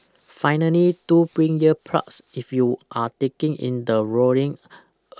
finally do bring ear plugs if you are taking in the roaring